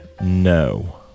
no